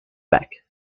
back